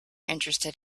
interested